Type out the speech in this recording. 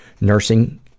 nursing